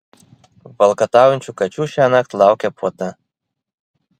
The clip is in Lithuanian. valkataujančių kačių šiąnakt laukia puota